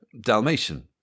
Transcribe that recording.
Dalmatian